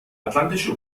atlantische